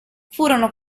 furono